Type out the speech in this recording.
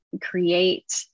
create